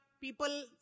people